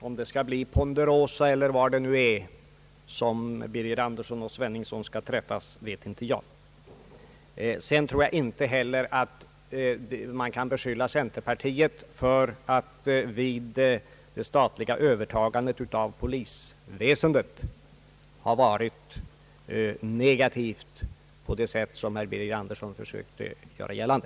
Om det skall bli i Ponderosa eller var nu herr Birger Andersson och herr Sveningsson skall träffas vet inte jag. Jag tror inte heller man kan beskylla centerpartiet för att vid statens övertagande av polisväsendet ha varit negativt på det sätt som herr Birger Andersson försökte göra gällande.